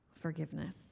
forgiveness